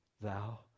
Thou